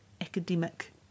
academic